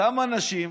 אותם אנשים,